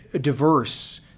diverse